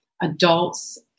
adults